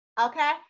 Okay